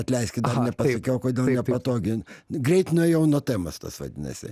atleiskit pasakiau kodėl nepatogi greit nuėjau nuo temos tas vadinasi